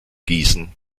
gießen